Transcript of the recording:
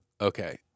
Okay